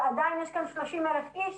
אבל עדיין יש כאן 30,000 איש